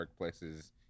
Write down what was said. workplaces